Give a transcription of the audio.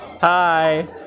Hi